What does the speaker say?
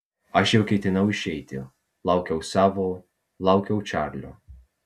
aš jau ketinau išeiti laukiau savo laukiau čarlio